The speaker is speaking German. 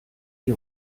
die